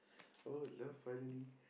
oh love finally